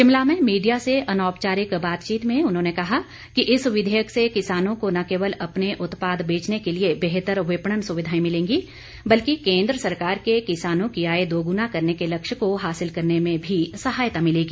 शिमला में मीडिया से अनौपचारिक बातचीत में उन्होंने कहा कि इस विधेयक से किसानों को न केवल अपने उत्पाद बेचने के लिए बेहतर विपणन सुविधाएं मिलेगी बल्कि केंद्र सरकार के किसानों की आय दोगुना करने के लक्ष्य को हासिल करने में भी सहायता मिलेगी